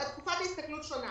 תקופת ההסתכלות שונה.